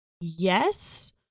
yes